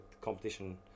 competition